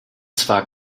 zwar